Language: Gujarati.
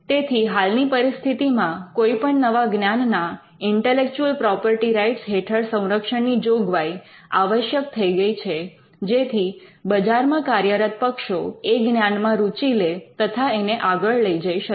તેથી હાલની પરિસ્થિતિમાં કોઈપણ નવા જ્ઞાનના ઇન્ટેલેક્ચુઅલ પ્રોપર્ટી રાઇટ્સ હેઠળ સંરક્ષણની જોગવાઈ આવશ્યક થઈ ગઈ છે જેથી બજારમાં કાર્યરત પક્ષો એ જ્ઞાનમાં રુચિ લે તથા એને આગળ લઈ જઈ શકે